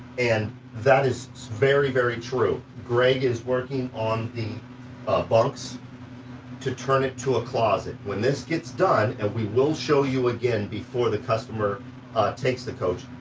and that is very, very true. greg is working on the bunks to turn it to a closet. when this gets done, and we will show you again before the customer takes the coach.